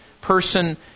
person